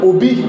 Obi